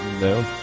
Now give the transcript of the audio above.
no